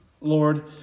Lord